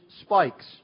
spikes